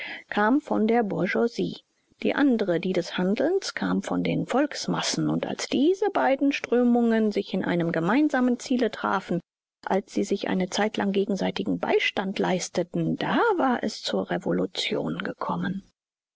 kam von der bourgeoisie die andere die des handelns kam von den volksmassen und als diese beiden strömungen sich in einem gemeinsamen ziele trafen als sie sich eine zeitlang gegenseitigen beistand leisteten da war es zur revolution gekommen